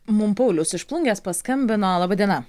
mum paulius iš plungės paskambino laba diena